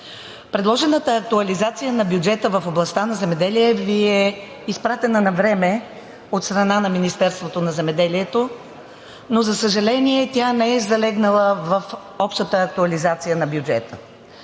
Предложената актуализация на бюджета в областта на земеделието Ви е изпратена навреме от страна на Министерството на земеделието, но, за съжаление, тя не е залегнала в общата актуализация на бюджета.